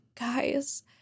guys